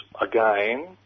again